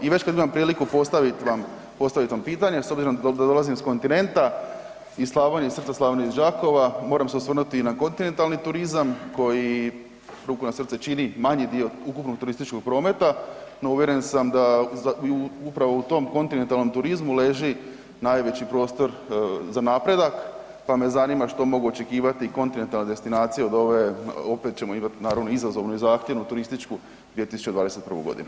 I već kad imam priliku postavit vam pitanje s obzirom da dolazim s kontinenta, iz Slavonije, is srca Slavonije, iz Đakova, moram se osvrnuti i na kontinentalni turizam koji ruku na srce, čini manji dio ukupnog turističkog prometa no uvjeren sam da upravo u tom kontinentalnom turizmu leži najveći prostor za napredak, pa me zanima što mogu očekivati i kontinentalne destinacije od ove, opet ćemo imat naravno izazovnu i zahtjevnu turističku 2021. godinu.